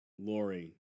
Lori